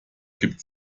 gibt